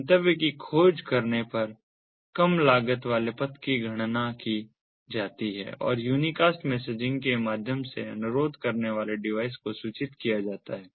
गंतव्य की खोज करने पर कम लागत वाले पथ की गणना की जाती है और यूनिकास्ट मैसेजिंग के माध्यम से अनुरोध करने वाले डिवाइस को सूचित किया जाता है